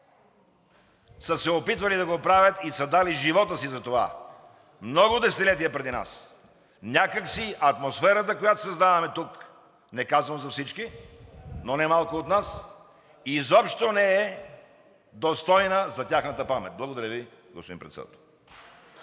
са се опитвали да го правят и са дали живота си за това много десетилетия преди нас. Някак си атмосферата, която създаваме тук, не казвам за всички, но немалко от нас, изобщо не е достойна за тяхната памет. Благодаря Ви, господин Председател.